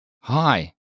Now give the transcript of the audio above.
Hi